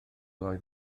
oedd